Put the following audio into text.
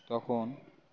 তখন